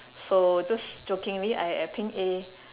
so just jokingly I I ping A